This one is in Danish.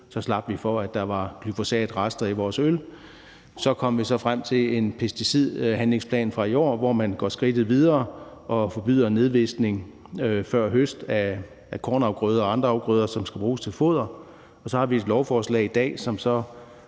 Så slap vi for, at der var glyfosatrester i vores øl. Så kom vi så frem til en pesticidhandlingsplan fra i år, hvor man går skridtet videre og forbyder nedvisning før høst af kornafgrøder og andre afgrøder, som skal bruges til foder. Og så har vi et lovforslag i dag, som så